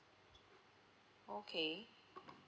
okay